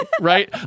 right